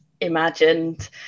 imagined